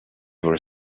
were